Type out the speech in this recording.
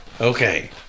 Okay